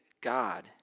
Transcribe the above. God